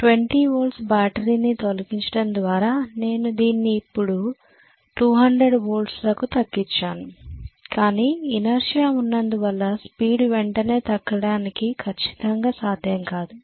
20 వోల్ట్ల బ్యాటరీని తొలగించడం ద్వారా నేను దీన్ని ఇప్పుడు 200 వోల్ట్లకు తగ్గించాను కానీ ఇనెర్త్షియా ఉన్నందు వల్ల స్పీడ్ వెంటనే తగ్గడానికి ఖచ్చితంగా సాధ్యం కాదు